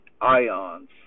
ions